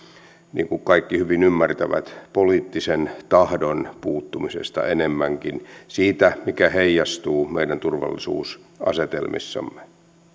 niin kuin kaikki hyvin ymmärtävät enemmänkin poliittisen tahdon puuttumisesta siitä mikä heijastuu meidän turvallisuusasetelmiimme